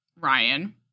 Ryan